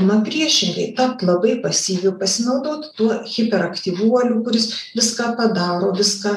na priešingai tapt labai pasyviu pasinaudot tuo hiperaktyvuoliu kuris viską padaro viską